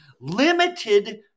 limited